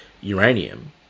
uranium